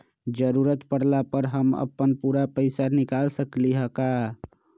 जरूरत परला पर हम अपन पूरा पैसा निकाल सकली ह का?